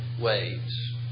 waves